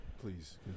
please